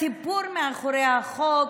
הסיפור מאחורי החוק,